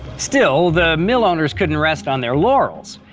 still, the mill owners couldn't rest on their laurels.